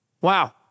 Wow